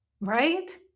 right